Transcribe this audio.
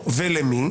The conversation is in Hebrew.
ולמי?